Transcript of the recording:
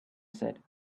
said